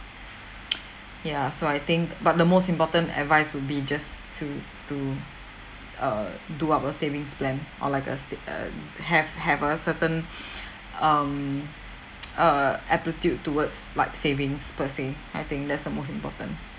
yeah so I think but the most important advice would be just to to uh do up a savings plan or like a sa~ uh have have a certain um uh aptitude towards like savings per se I think that’s the most important